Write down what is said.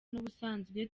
n’ubusanzwe